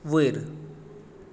वयर